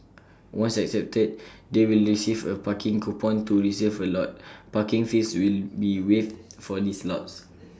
once accepted they will receive A parking coupon to reserve A lot parking fees will be waived for these lots